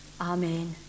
Amen